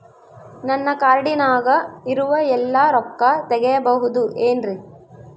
ನನ್ನ ಕಾರ್ಡಿನಾಗ ಇರುವ ಎಲ್ಲಾ ರೊಕ್ಕ ತೆಗೆಯಬಹುದು ಏನ್ರಿ?